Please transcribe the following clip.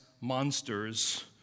monsters